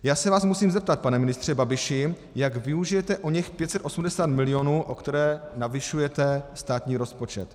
Já se vás musím zeptat, pane ministře Babiši, jak využijete oněch 580 milionů, o které navyšujete státní rozpočet.